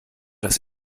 das